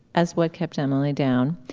as what kept emily down.